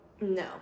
no